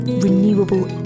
renewable